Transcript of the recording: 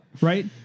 Right